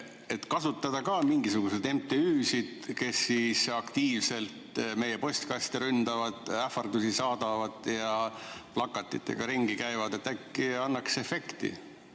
kasutada ka mingisuguseid MTÜ-sid, kes aktiivselt meie postkaste ründavad, ähvardusi saadavad ja plakatitega ringi käivad? Äkki annaks efekti?